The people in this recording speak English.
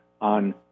on